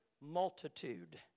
multitude